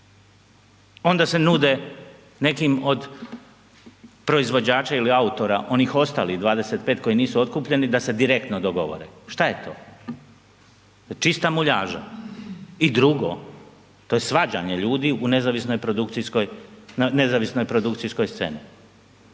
onda se nude nekim od proizvođača ili autora onih ostalih 25 koji nisu otkupljeni da se direktno dogovore. Šta je to? To je čista muljaža i drugo, to je svađanje ljudi u nezavisnoj produkcijskoj,